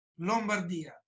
Lombardia